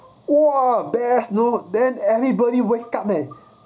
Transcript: !whoa! best no then everybody wake up leh